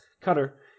Cutter